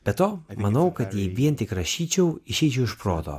be to manau kad jei vien tik rašyčiau išeičiau iš proto